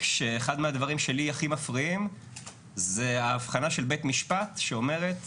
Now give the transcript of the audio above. כשאחד מהדברים שלי הכי מפריעים זה ההבחנה של בית משפט שאומרת